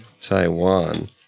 Taiwan